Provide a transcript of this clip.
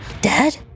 Dad